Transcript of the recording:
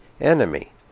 enemy